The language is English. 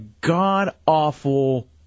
god-awful